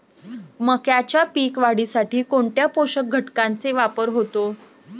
मक्याच्या पीक वाढीसाठी कोणत्या पोषक घटकांचे वापर होतो?